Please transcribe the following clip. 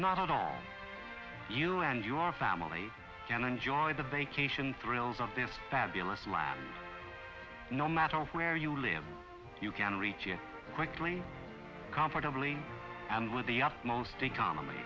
not at all you and your family can enjoy the vacation thrills of this fabulous while no matter where you live you can reach it quickly comfortably and with the upmost economy